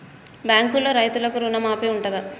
బ్యాంకులో రైతులకు రుణమాఫీ ఉంటదా?